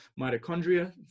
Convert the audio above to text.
mitochondria